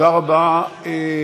תודה רבה.